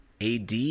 AD